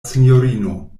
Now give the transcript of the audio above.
sinjorino